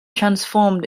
transformed